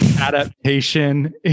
adaptation